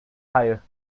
tyre